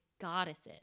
goddesses